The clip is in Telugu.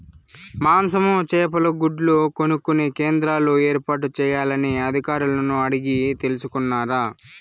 మాంసము, చేపలు, గుడ్లు కొనుక్కొనే కేంద్రాలు ఏర్పాటు చేయాలని అధికారులను అడిగి తెలుసుకున్నారా?